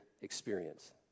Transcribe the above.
experience